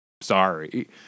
Sorry